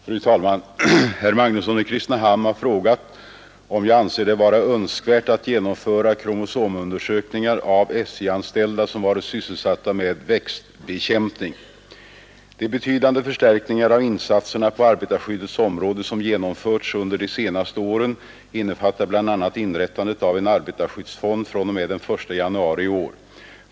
Fru talman! Herr Magnusson i Kristinehamn har frågat om jag anser det vara önskvärt att genomföra kromosomundersökningar av SJ-anställda som varit sysselsatta med växtbekämpning. De betydande förstärkningar av insatserna på arbetarskyddets område som genomförts under de senaste åren innefattar bl.a. inrättande av en arbetarskyddsfond fr.o.m. den 1 januari i år.